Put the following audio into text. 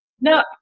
No